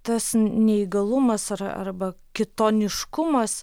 tas neįgalumas ar arba kitoniškumas